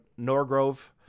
Norgrove